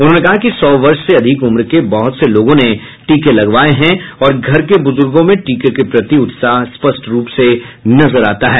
उन्होंने कहा कि सौ वर्ष से अधिक उम्र के बहुत से लोगों ने टीके लगवाये हैं और घर के बुजुर्गो में टीके के प्रति उत्साह स्पष्ट रूप से नजर आता है